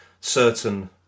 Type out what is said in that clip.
certain